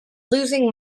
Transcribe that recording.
losing